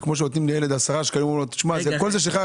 זה כמו שנותנים לילד עשרה שקלים ואומרים לו כל זה שלך,